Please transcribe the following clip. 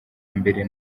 mbere